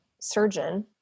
surgeon